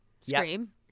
scream